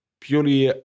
purely